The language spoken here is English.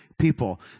people